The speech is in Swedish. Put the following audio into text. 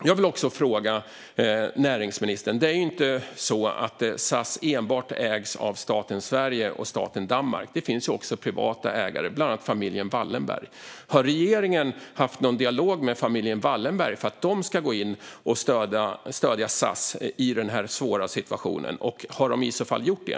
Jag har ytterligare en fråga till näringsministern. Det är ju inte så att SAS enbart ägs av staten Sverige och staten Danmark, utan det finns också privata ägare, bland andra familjen Wallenberg. Har regeringen haft någon dialog med familjen Wallenberg för att de ska gå in och stödja SAS i denna svåra situation, och har de i så fall gjort det?